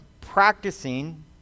practicing